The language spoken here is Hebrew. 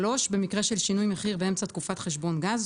(3) במקרה של שינוי במחיר באמצע תקופת חשבון גז,